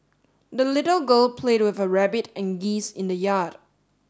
the little girl played with her rabbit and geese in the yard